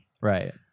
right